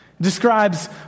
Describes